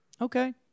Okay